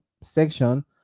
section